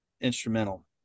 instrumental